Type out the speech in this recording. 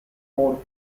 fourth